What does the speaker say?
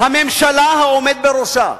הממשלה, העומד בראשה.